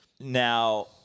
Now